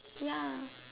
ya